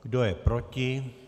Kdo je proti?